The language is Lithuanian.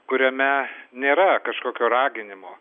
kuriame nėra kažkokio raginimo